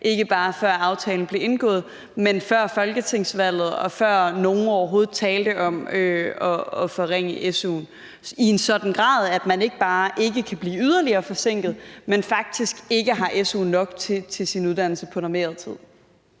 ikke bare, før aftalen blev indgået, men før folketingsvalget, og før nogen overhovedet talte om at forringe su'en, i en sådan grad, at man ikke bare kan blive yderligere forsinket, men faktisk ikke har su nok til sin uddannelse på normeret tid?